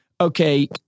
Okay